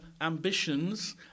ambitions